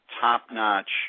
top-notch